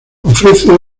ofrece